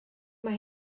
mae